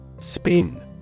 Spin